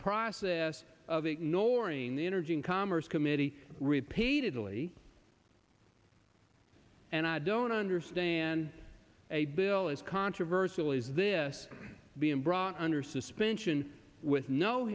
process of ignoring the energy and commerce committee repeatedly and i don't understand a bill is controversial is this being brought under suspension with no